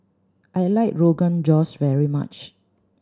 I like Rogan Josh very much